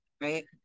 right